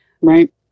Right